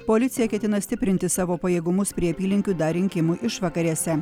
policija ketina stiprinti savo pajėgumus prie apylinkių dar rinkimų išvakarėse